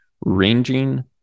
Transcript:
ranging